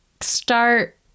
start